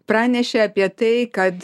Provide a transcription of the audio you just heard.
pranešė apie tai kad